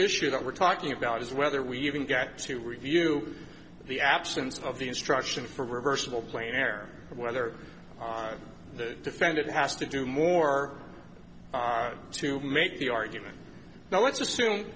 issue that we're talking about is whether we even get to review the absence of the instruction for reversible plane air or whether the defendant has to do more to make the argument now let's assume